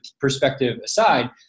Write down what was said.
perspective—aside